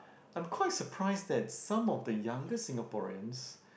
I'm quite surprised that some of the younger Singaporeans